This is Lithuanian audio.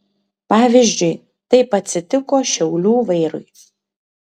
pavyzdžiui taip atsitiko šiaulių vairui